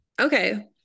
Okay